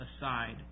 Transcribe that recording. aside